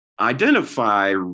identify